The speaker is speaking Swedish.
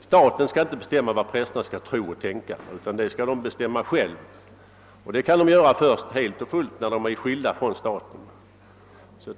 Staten skall inte bestämma om vad prästerna skall tro och tänka, utan det skall de göra själva. Detta kan bli fallet först när kyrkan är skild från staten.